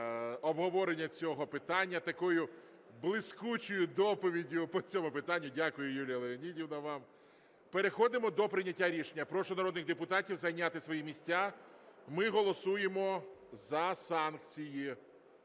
Дякую, Юлія Леонідівна, вам. Переходимо до прийняття рішення. Я прошу народних депутатів зайняти свої місця. Ми голосуємо за санкції.